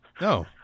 no